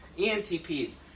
ENTPs